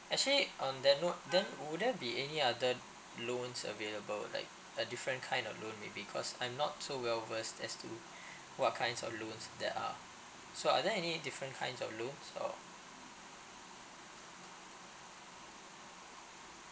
actually um then uh then will there be any other loans available like a different kind of loan maybe cause I'm not so well versed as to what kinds of loans that are so are there any different kinds of loans or